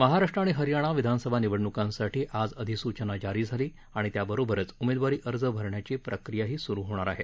महाराष्ट्र आणि हरयाणा विधानसभा निवडणुकांसाठी आज अधिसुचना जारी झाली आणि त्याबरोबरच उमेदवारी अर्ज भरण्याची प्रक्रियाही सुरु होईल